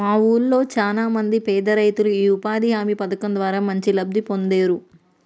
మా వూళ్ళో చానా మంది పేదరైతులు యీ ఉపాధి హామీ పథకం ద్వారా మంచి లబ్ధి పొందేరు